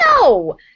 No